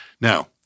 Now